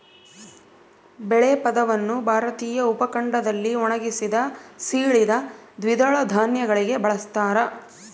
ಬೇಳೆ ಪದವನ್ನು ಭಾರತೀಯ ಉಪಖಂಡದಲ್ಲಿ ಒಣಗಿಸಿದ, ಸೀಳಿದ ದ್ವಿದಳ ಧಾನ್ಯಗಳಿಗೆ ಬಳಸ್ತಾರ